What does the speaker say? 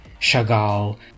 Chagall